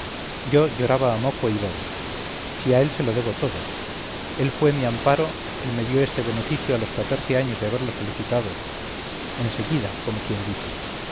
yo lloraba a moco y baba si a él se lo debo todo él fue mi amparo él me dio este beneficio a los catorce años de haberlo solicitado enseguida como quien dice